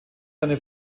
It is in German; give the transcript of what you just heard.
seine